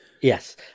Yes